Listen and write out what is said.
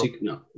No